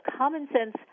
common-sense